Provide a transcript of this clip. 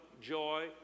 joy